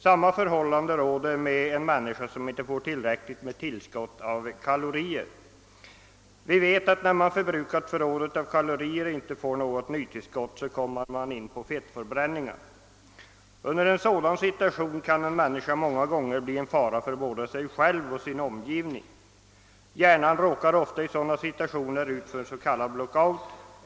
Samma är förhållandet om en människa inte får tillräckligt tillskott av kalorier. När man förbrukat sitt förråd av kalorier och inte får något nytillskott, blir det i stället en fettförbränning i kroppen. I en sådan situation utgör en människa många gånger en fara både för sig själv och för sin omgivning. Hjärnan kan råka ut för en black out.